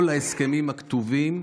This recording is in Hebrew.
כל ההסכמים הכתובים,